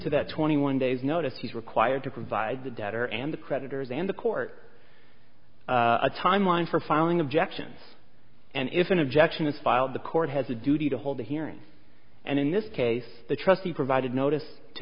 to that twenty one days notice he's required to provide the debtor and the creditors and the court a timeline for filing objections and if an objection is filed the court has a duty to hold the hearing and in this case the trustee provided notice to